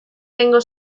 tengo